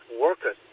workers